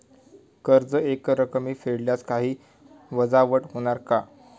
कर्ज एकरकमी फेडल्यास काही वजावट होणार का?